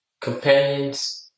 companions